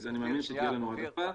אז אני מאמין שתהיה לנו העדפה.